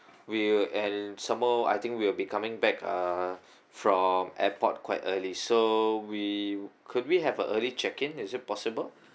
we'll and some more I think we will be coming back uh from airport quite early so we could we have a early check in is it possible